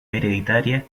hereditaria